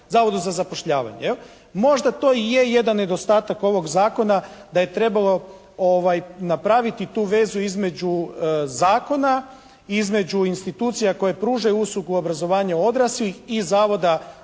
zavodu za zapošljavanje. Možda to i je jedan nedostatak ovog zakona da je trebalo napraviti tu vezu između zakona i između institucija koje pružaju uslugu obrazovanja odraslih i Zavoda